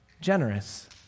generous